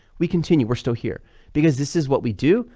we continue, we're still here because this is what we do,